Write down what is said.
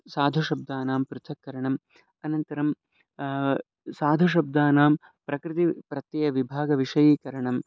साधुशब्दानां पृथक् करणम् अनन्तरं साधुशब्दानां प्रकृतिः प्रत्ययः विभाग विषयीकरणम्